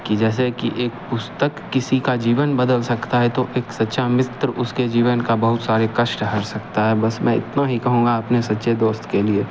कि जैसे कि एक पुस्तक किसी का जीवन बदल सकता है तो एक सच्चा मित्र उसके जीवन का बहुत सारे कष्ट हर सकता है बस मैं इतना ही कहुँगा अपने सच्चे दोस्त के लिए